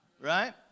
Right